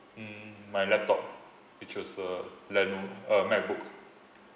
mm my laptop which was a leno~ uh Macbook